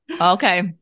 Okay